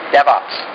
DevOps